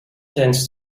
tends